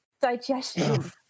digestion